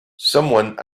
someone